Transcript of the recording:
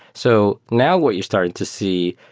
so now what you're starting to see,